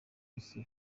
isi